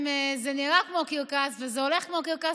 אם זה נראה כמו קרקס וזה הולך כמו קרקס,